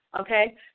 okay